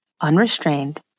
unrestrained